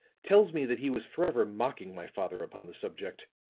tells me that he was forever mocking my father upon the subject.